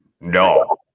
No